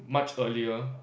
much earlier